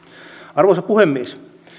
arvoisa puhemies